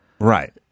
Right